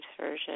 Version